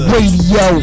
Radio